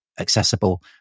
accessible